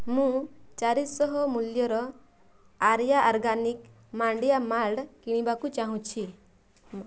ମୁଁ ଚାରିଶହ ମୂଲ୍ୟର ଆରିର୍ୟ ଅର୍ଗାନିକ ମାଣ୍ଡିଆ ମଲ୍ଟ କିଣିବାକୁ ଚାହୁଁଛି